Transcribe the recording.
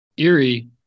Erie